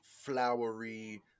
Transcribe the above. flowery